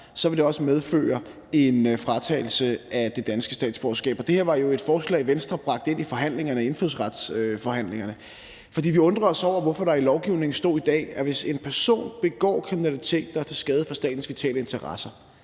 også vil medføre en fratagelse af det danske statsborgerskab. Det her var jo et forslag, Venstre bragte ind i indfødsretsforhandlingerne, fordi vi undrede os over, hvorfor der i dag i lovgivningen står, at hvis en person begår kriminalitet, der er til skade for statens vitale interesser,